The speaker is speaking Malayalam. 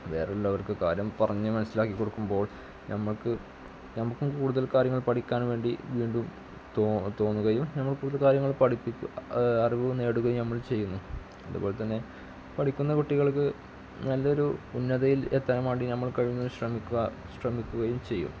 വേറെ ഉള്ളവര്ക്ക് കാര്യം പറഞ്ഞു മനസിലാക്കി കൊടുക്കുമ്പോള് നമുക്ക് നമുക്കും കൂടുതല് കാര്യങ്ങള് പഠിക്കാന് വേണ്ടി വീണ്ടും തോന്നുകയും നമ്മൾ കൂടുതല് കാര്യങ്ങള് അറിവ് നേടുകയും നമ്മള് ചെയ്യുന്നു അതുപോലെത്തന്നെ പഠിക്കുന്ന കുട്ടികള്ക്ക് നല്ലൊരു ഉന്നതിയില് എത്താന് വേണ്ടി നമ്മൾ കഴിവതും ശ്രമിക്കുക ശ്രമിക്കുകയും ചെയ്യും